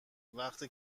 وقتی